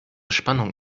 spannung